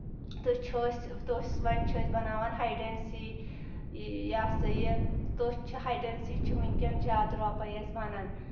تہٕ چھُ أسۍ وۄنۍ چھِ أسۍ بناوان ہاے ڈنسی یہِ ہسا یہِ تٔتھۍ چھِ ہاے ڈنسی چھِ وٕنکؠن جادٕ رۄپے أسۍ بنان